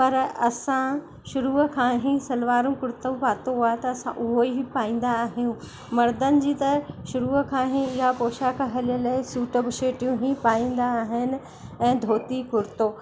पर असां शुरुअ खां ई सलवारु कुर्तो पातो आहे त असां उहो ही पाईंदा आहियूं मर्दनि जी त शुरुअ खां ई इहा पोशाक हलियलु आहे सूट बुशेटियूं ई पाईंदा आहिनि ऐं धोती कुर्तो